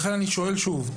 לכן אני שואל שוב,